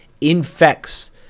infects